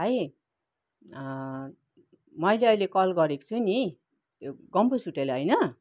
भाइ मैले अहिले कल गरेको छु नि यो गम्पुस होटल होइन